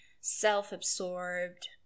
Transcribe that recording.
self-absorbed